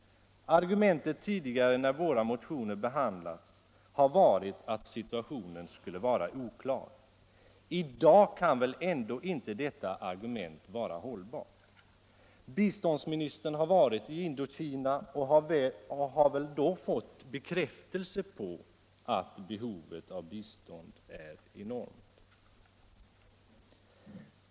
Argumentet tidigare när våra motioner behandlats har varit att situationen skulle vara oklar. I dag kan väl ändock inte detta argument vara hållbart. Biståndsministern har varit i Indokina och har väl då fått bekräftelse på att behovet av bistånd är enormt.